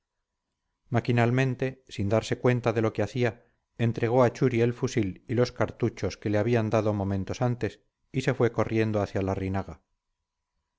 maquinalmente sin darse cuenta de lo que hacía entregó a churi el fusil y los cartuchos que le habían dado momentos antes y se fue corriendo hacia